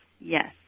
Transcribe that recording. Yes